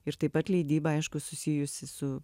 ir taip pat leidyba aišku susijusi su